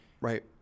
right